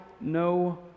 no